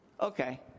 Okay